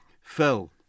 Phil